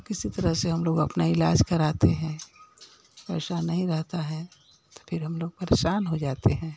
किसी तरह से हम लोग अपना इलाज़ कराते हैं पैसा नहीं रहता है तो फिर हम लोग परेसान हो जाते हैं